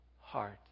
heart